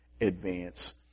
advance